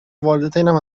والدینم